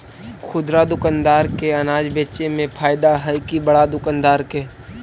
खुदरा दुकानदार के अनाज बेचे में फायदा हैं कि बड़ा दुकानदार के?